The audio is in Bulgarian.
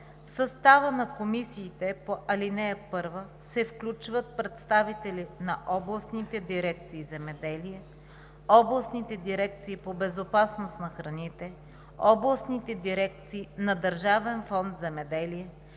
В състава на комисиите по ал. 1 се включват представители на областните дирекции „Земеделие“, областните дирекции по безопасност на храните, областните дирекции на Държавен фонд „Земеделие“,